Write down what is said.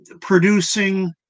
producing